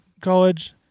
College